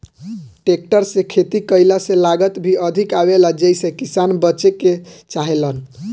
tractor से खेती कईला से लागत भी अधिक आवेला जेइसे किसान बचे के चाहेलन